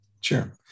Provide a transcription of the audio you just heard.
Sure